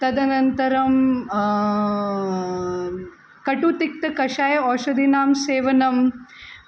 तदनन्तरं कटुतिक्तकषाय औषधीनां सेवनं